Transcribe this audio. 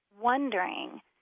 wondering